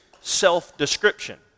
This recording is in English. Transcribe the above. self-description